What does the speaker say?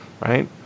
right